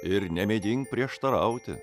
ir nemėgink prieštarauti